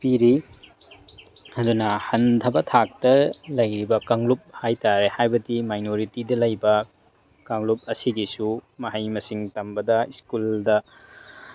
ꯄꯤꯔꯤ ꯑꯗꯨꯅ ꯍꯟꯊꯕ ꯊꯥꯛꯇ ꯂꯩꯔꯤꯕ ꯀꯥꯡꯂꯨꯞ ꯍꯥꯏꯇꯥꯔꯦ ꯍꯥꯏꯕꯗꯤ ꯃꯥꯏꯅꯣꯔꯤꯇꯤꯗ ꯂꯩꯕ ꯀꯥꯡꯂꯨꯞ ꯑꯁꯤꯒꯤꯁꯨ ꯃꯍꯩ ꯃꯁꯤꯡ ꯇꯝꯕꯗ ꯁ꯭ꯀꯨꯜꯗ